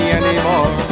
anymore